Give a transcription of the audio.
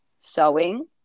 sewing